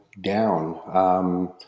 down